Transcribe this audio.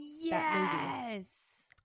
yes